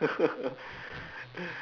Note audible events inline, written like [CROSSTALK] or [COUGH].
[LAUGHS]